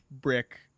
brick